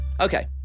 Okay